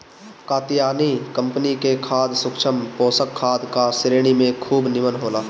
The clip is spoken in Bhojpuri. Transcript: कात्यायनी कंपनी के खाद सूक्ष्म पोषक खाद का श्रेणी में खूब निमन होला